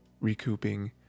recouping